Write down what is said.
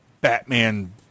Batman